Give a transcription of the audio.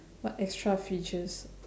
what extra features